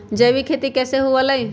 जैविक खेती कैसे हुआ लाई?